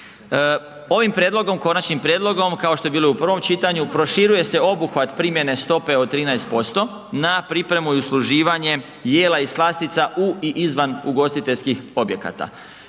Ovim konačnim prijedlogom kao što je bilo i u prvom čitanju proširuje se obuhvat primjene stope od 13% na pripremu i usluživanje jela i slastica u i izvan ugostiteljskih objekata.